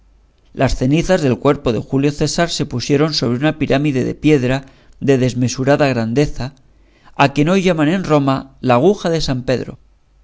las cenizas del cuerpo de julio césar se pusieron sobre una pirámide de piedra de desmesurada grandeza a quien hoy llaman en roma la aguja de san pedro